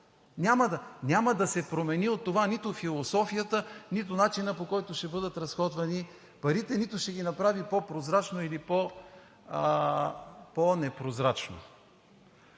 Няма да се промени от това нито философията, нито начинът, по който ще бъдат разходвани парите, нито ще ги направи по-прозрачни или по-непрозрачни.